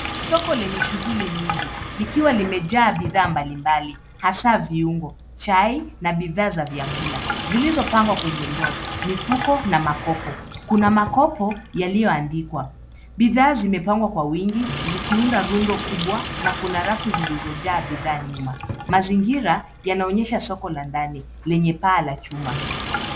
Soko lenye shughuli nyingi, likiwa limejaa bidhaa mbali mbali, hasa viungo, chai, na bidhaa za vyakula, zilizopangwa kwenye ndoo, mifuko, na makopo. Kuna makopo yaliyoandikwa. Bidhaa zimepangwa kwa wingi, zikiunda rundo kubwa, na kuna rafu zilizojaa bidhaa nyuma. Mazingira yanaonyesha soko la ndani lenye paa la chuma.